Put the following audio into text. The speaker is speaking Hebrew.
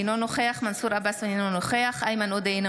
אינו נוכח מנסור עבאס, אינו נוכח איימן עודה, אינו